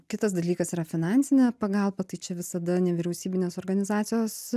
kitas dalykas yra finansinė pagalba tai čia visada nevyriausybinės organizacijos